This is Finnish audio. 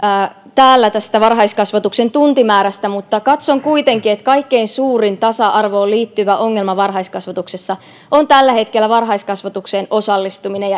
keskustelua tästä varhaiskasvatuksen tuntimäärästä mutta katson kuitenkin että kaikkein suurin tasa arvoon liittyvä ongelma varhaiskasvatuksessa on tällä hetkellä varhaiskasvatukseen osallistuminen